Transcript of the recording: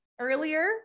earlier